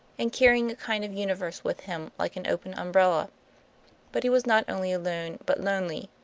in carrying a kind of universe with him like an open umbrella but he was not only alone, but lonely.